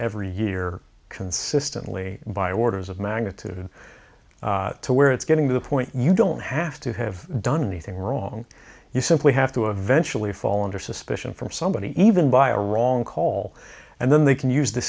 every year consistently by orders of magnitude to where it's getting to the point you don't have to have done anything wrong you simply have to eventually fall under suspicion from somebody even by a wrong call and then they can use the